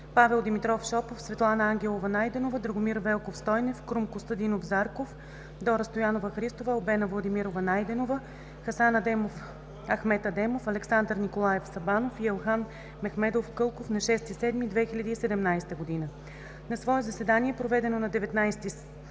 Павел Димитров Шопов, Светлана Ангелова Найденова, Драгомир Велков Стойнев, Крум Костадинов Зарков, Дора Стоянова Христова, Албена Владимирова Найденова, Хасан Ахмед Адемов, Александър Николаев Сабанов и Елхан Мехмедов Кълков на 6 юли 2017 г. На свое заседание, проведено на 19 юли